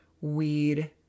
weed